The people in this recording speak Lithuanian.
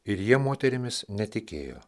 ir jie moterimis netikėjo